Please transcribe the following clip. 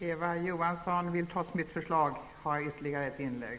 Eva Johansson vill trots mitt förslag ha ytterligare ett inlägg.